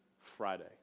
Friday